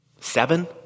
Seven